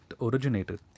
originated